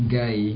guy